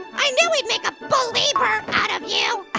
i knew we'd make a beleiber out of you.